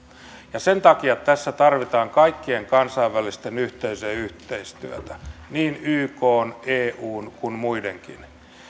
jatkuu sen takia tässä tarvitaan kaikkien kansainvälisten yhteisöjen yhteistyötä niin ykn eun kuin muidenkin